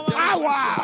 power